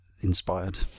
inspired